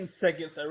seconds